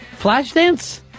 Flashdance